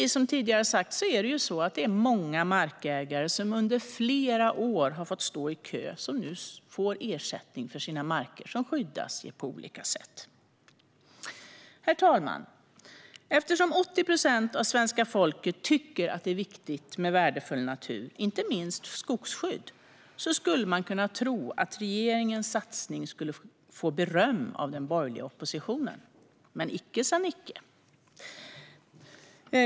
Som tidigare har sagts här är det många markägare som under flera år har stått i kö för att få ersättning som nu får ersättning för att deras marker skyddas. Herr talman! Eftersom 80 procent av svenska folket tycker att det är viktigt med skydd av värdefull natur, inte minst skogsskydd, så skulle man kunna tro att regeringens satsningar skulle få beröm av den borgerliga oppositionen, men icke, sa Nicke.